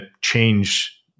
change